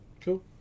cool